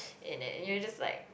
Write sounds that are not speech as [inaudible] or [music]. [breath] and then you're just like